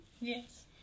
Yes